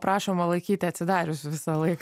prašoma laikyti atsidarius visąlaik